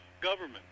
government